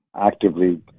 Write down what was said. actively